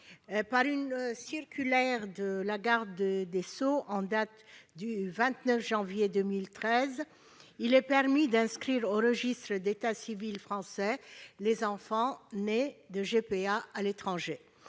Par une circulaire de la garde des sceaux en date du 29 janvier 2013, il est permis d'inscrire aux registres d'état civil français les enfants nés à l'étranger